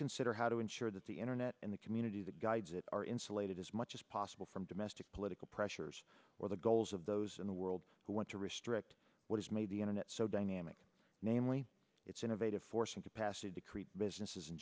consider how to ensure that the internet and the community that guides it are insulated as much as possible from domestic political pressures or the goals of those in the world who want to restrict what has made the internet so dynamic namely its innovative forcing capacity to create businesses and